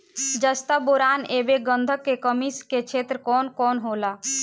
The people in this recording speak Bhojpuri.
जस्ता बोरान ऐब गंधक के कमी के क्षेत्र कौन कौनहोला?